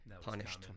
punished